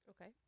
Okay